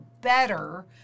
better